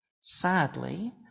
Sadly